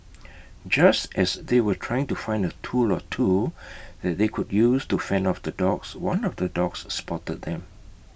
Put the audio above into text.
just as they were trying to find A tool or two that they could use to fend off the dogs one of the dogs spotted them